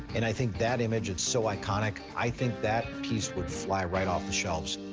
and i think that image is so iconic. i think that piece would fly right off the shelves.